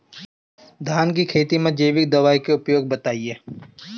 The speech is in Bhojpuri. धान के खेती में जैविक दवाई के उपयोग बताइए?